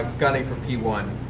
ah gunning for p one.